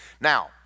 Now